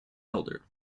elder